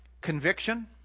conviction